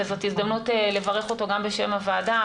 וזאת הזדמנות לברך אותו גם בשם הוועדה,